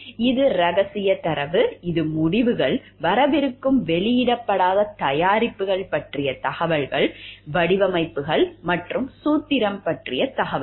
இது ரகசிய தரவு இது முடிவுகள் வரவிருக்கும் வெளியிடப்படாத தயாரிப்புகள் பற்றிய தகவல்கள் வடிவமைப்புகள் மற்றும் சூத்திரம் பற்றிய தகவல்கள்